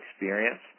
experience